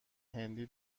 هندی